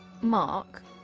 Mark